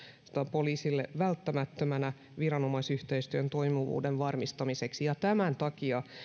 poliisille välttämättömänä viranomaisyhteistyön toimivuuden varmistamiseksi tämän takia